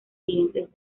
siguientes